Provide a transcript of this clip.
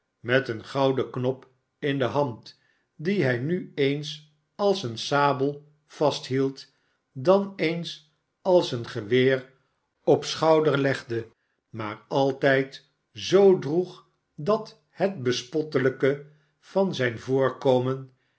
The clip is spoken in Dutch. met een gouden knop in de hand die hij nu eens als een sabel vasthield dan eens als een geweer op schouder legde maar altijd zoo droeg dat het bespottelijke van zijn voorkomen